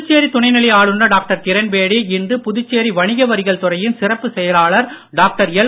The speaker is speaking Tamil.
புதுச்சேரி துணை நிலை ஆளுநர் டாக்டர் கிரண் பேடி இன்று புதுச்சேரி வணிக வரிகள் துறையின் சிறப்பு செயலாளர் டாக்டர் எல்